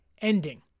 ending